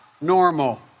normal